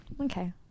Okay